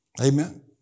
Amen